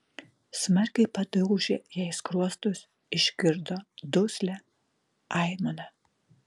smarkiai padaužė jai skruostus išgirdo duslią aimaną